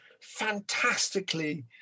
fantastically